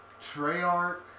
Treyarch